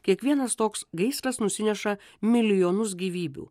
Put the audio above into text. kiekvienas toks gaisras nusineša milijonus gyvybių